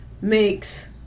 makes